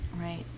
Right